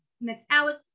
metallic